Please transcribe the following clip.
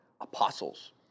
apostles